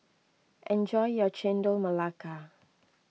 enjoy your Chendol Melaka